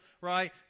right